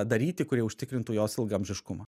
daryti kurie užtikrintų jos ilgaamžiškumą